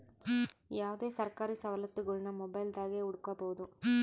ಯಾವುದೇ ಸರ್ಕಾರಿ ಸವಲತ್ತುಗುಳ್ನ ಮೊಬೈಲ್ದಾಗೆ ಹುಡುಕಬೊದು